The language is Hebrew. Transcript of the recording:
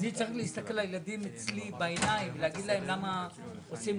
נחזור להצבעות בשעה 09:53. (הישיבה נפסקה בשעה 09:48 ונתחדשה בשעה